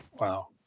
Wow